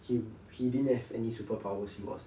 he he didn't have any superpower he was